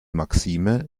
maxime